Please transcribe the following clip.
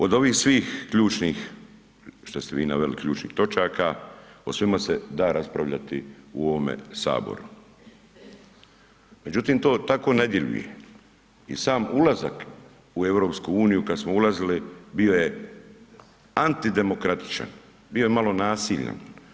Od ovih svih ključnih što ste vi naveli ključnih točaka, o svima se da raspravljati u ovome Saboru međutim to tako ne djeluje i sam ulazak u EU kad smo ulazili bio je antidemokratičan, bio je malo nasilan.